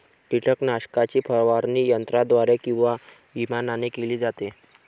कीटकनाशकाची फवारणी यंत्राद्वारे किंवा विमानाने केली जाते